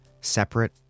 separate